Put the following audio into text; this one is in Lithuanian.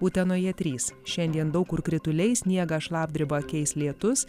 utenoje trys šiandien daug kur krituliai sniegą šlapdribą keis lietus